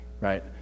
right